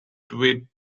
dwight